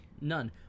None